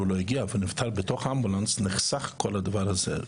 לא הגיע ונפטר בתוך האמבולנס יחסך כל הדבר הזה.